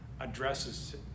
addresses